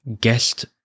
guest